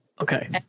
Okay